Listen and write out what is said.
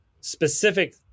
specific